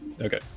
Okay